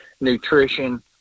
nutrition